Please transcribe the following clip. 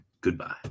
goodbye